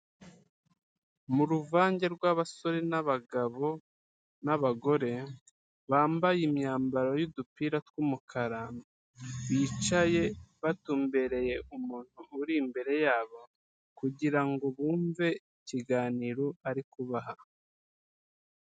Mu ruvange rw'abasore n'abagabo n'abagore bambaye imyambaro y'udupira tw'umukara, bicaye batumbereye umuntu uri imbere yabo kugira ngo bumve ikiganiro ari kubaha.